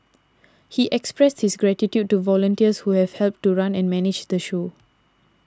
he expressed his gratitude to volunteers who have helped to run and manage the show